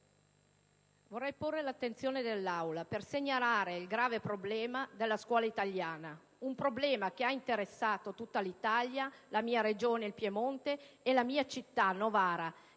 vorrei porre all'attenzione dell'Assemblea il grave problema della scuola italiana. Un problema che ha interessato l'intero Paese, la mia Regione, il Piemonte, e la mia città, Novara,